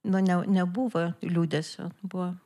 nu ne nebuvo liūdesio buvo